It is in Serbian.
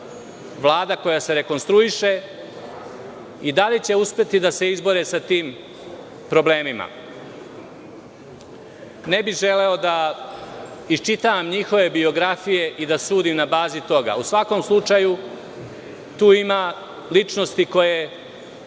Vlada koja se rekonstruiše, i da li će uspeti da se izbore sa tim problemima? Ne bih želeo da iščitavam njihove biografije i da sudim na bazi toga.U svakom slučaju, tu ima ličnosti koje